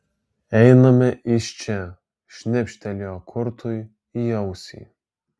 einame iš čia šnibžtelėjo kurtui į ausį